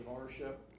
ownership